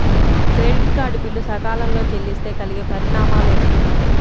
Credit card bill సకాలంలో చెల్లిస్తే కలిగే పరిణామాలేమిటి?